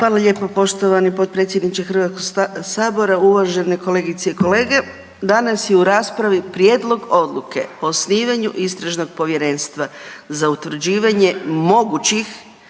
Hvala lijepo poštovani potpredsjedniče HS, uvažene kolegice i kolege. Danas je u raspravi prijedlog odluke o osnivanju istražnog povjerenstva za utvrđivanje mogućih